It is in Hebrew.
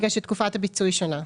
בגלל שתקופת הפיצוי היא שונה.